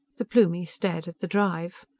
the plumie stared at the drive.